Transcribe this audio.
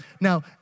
Now